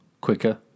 quicker